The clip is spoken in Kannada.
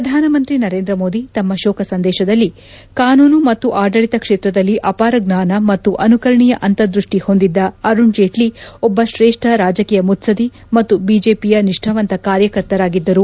ಪ್ರಧಾನಮಂತ್ರಿ ನರೇಂದ್ರಮೋದಿ ತಮ್ನ ಶೋಕ ಸಂದೇಶದಲ್ಲಿ ಕಾನೂನು ಮತ್ತು ಆಡಳಿತ ಕ್ಷೇತ್ರದಲ್ಲಿ ಅಪಾರ ಜ್ಞಾನ ಮತ್ತು ಅನುಕರಣೀಯ ಅಂತರ್ದ್ರಷ್ಟಿ ಹೊಂದಿದ್ದ ಅರುಣ್ ಜೇಟ್ಲ ಒಬ್ಬ ಶ್ರೇಷ್ಠ ರಾಜಕೀಯ ಮುತ್ಲದ್ದಿ ಮತ್ತು ಬಿಜೆಪಿಯ ನಿಷ್ಠಾವಂತ ಕಾರ್ಯಕರ್ತರಾಗಿದ್ದರು